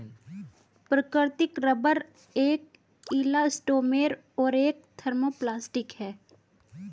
प्राकृतिक रबर एक इलास्टोमेर और एक थर्मोप्लास्टिक है